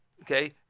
okay